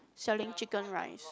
selling chicken rice